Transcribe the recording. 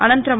అనంతరం